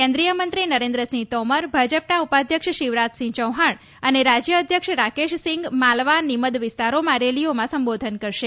કેન્દ્રીય મંત્રી નરેન્દ્રસિંહ તોમર ભાજપના ઉપાધ્યક્ષ શિવરાજ ચૌહાણ અને રાજ્ય અધ્યક્ષ રાકેશસિંગ માલવા નીમદ વિસ્તારોમાં રેલીઓમાં સંબોધન કરશે